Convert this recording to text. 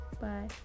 Bye